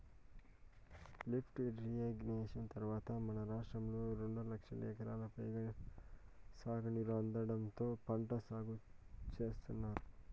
lift irrigation ద్వారా మన రాష్ట్రంలో రెండు లక్షల ఎకరాలకు పైగా సాగునీరు అందడంతో పంట సాగు చేత్తున్నారు